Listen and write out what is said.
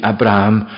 Abraham